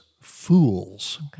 Fools